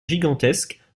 gigantesques